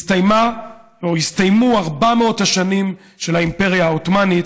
הסתיימה או הסתיימו 400 השנים של האימפריה העות'מאנית,